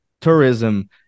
tourism